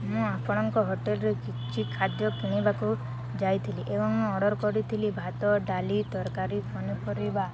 ମୁଁ ଆପଣଙ୍କ ହୋଟେଲ୍ରେ କିଛି ଖାଦ୍ୟ କିଣିବାକୁ ଯାଇଥିଲି ଏବଂ ମୁଁ ଅର୍ଡ଼ର୍ କରିଥିଲି ଭାତ ଡ଼ାଲି ତରକାରୀ ପନିପରିବା